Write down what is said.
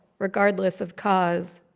regardless of cause.